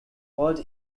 what